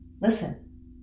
Listen